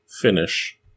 finish